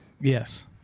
Yes